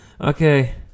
Okay